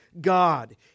god